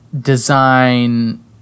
design